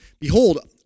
Behold